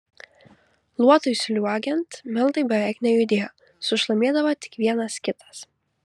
luotui sliuogiant meldai beveik nejudėjo sušlamėdavo tik vienas kitas